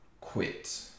quit